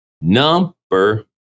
Number